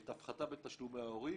את ההפחתה בתשלומי ההורים.